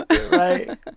Right